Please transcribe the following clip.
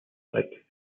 strike